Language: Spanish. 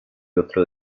otro